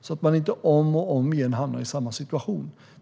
för att man inte om och om igen ska hamna i samma situation.